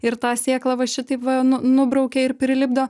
ir tą sėklą va šitaip va nu nubraukia ir prilipdo